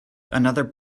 another